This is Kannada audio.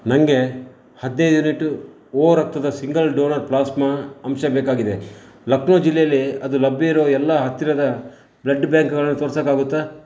ನನಗೆ ಹದಿನೈದು ಯೂನಿಟ್ ಓ ರಕ್ತದ ಸಿಂಗಲ್ ಡೋನರ್ ಪ್ಲಾಸ್ಮಾ ಅಂಶ ಬೇಕಾಗಿದೆ ಲಖ್ನೌ ಜಿಲ್ಲೆಲೀ ಅದು ಲಭ್ಯ ಇರೋ ಎಲ್ಲ ಹತ್ತಿರದ ಬ್ಲಡ್ ಬ್ಯಾಂಕ್ಗಳನ್ನು ತೋರಿಸೋಕ್ಕಾಗುತ್ತಾ